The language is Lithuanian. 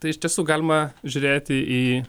tai iš tiesų galima žiūrėti į